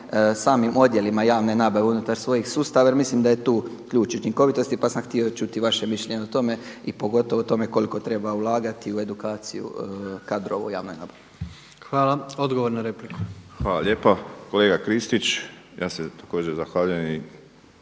samim odjelima javne nabave unutar svojih sustava jer mislim da je tu ključ učinkovitosti pa sam htio čuti vaše mišljenje o tome i pogotovo o tome koliko treba ulagati u edukaciju kadrova u javnoj nabavi. **Jandroković, Gordan (HDZ)** Hvala. Odgovor na repliku. **Borić, Josip (HDZ)** Hvala lijepa. Kolega Kristić, ja se također zahvaljujem i